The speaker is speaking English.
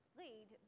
lead